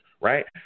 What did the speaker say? right